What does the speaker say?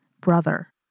brother